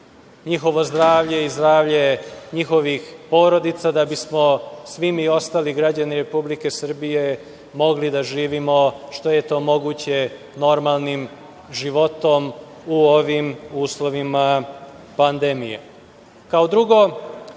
njihovo zdravlje i zdravlje njihovih porodica da bismo svi mi ostali građani Republike Srbije mogli da živimo što je to moguće normalnim životom u ovim uslovima pandemije. Kao